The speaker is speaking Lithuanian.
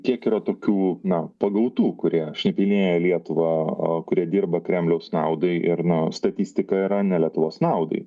kiek yra tokių na pagautų kurie šnipinėja lietuvą a kurie dirba kremliaus naudai ir nu statistika yra ne lietuvos naudai